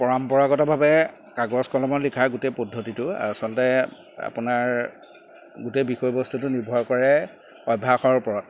পৰম্পৰাগতভাৱে কাগজ কলমত লিখা গোটেই পদ্ধতিটো আচলতে আপোনাৰ গোটেই বিষয়বস্তুটো নিৰ্ভৰ কৰে অভ্যাসৰ ওপৰত